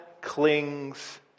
clings